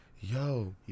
yo